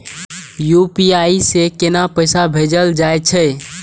UPI से केना पैसा भेजल जा छे?